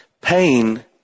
Pain